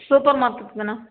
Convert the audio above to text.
super மார்க்கெட்தானே